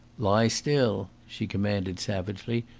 lie still, she commanded savagely.